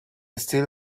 still